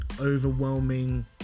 overwhelming